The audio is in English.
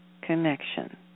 connection